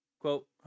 Quote